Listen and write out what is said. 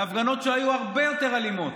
בהפגנות שהיו הרבה יותר אלימות.